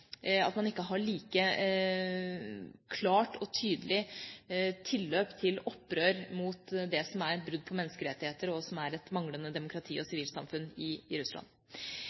klart og tydelig tilløp til opprør mot brudd på menneskerettigheter og et manglende demokrati og sivilsamfunn i Russland.